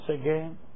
again